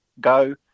go